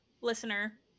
listener